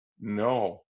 no